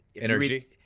energy